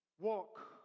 walk